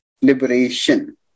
liberation